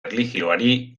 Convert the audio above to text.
erlijioari